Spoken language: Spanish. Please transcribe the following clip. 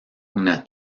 una